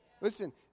Listen